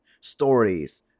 stories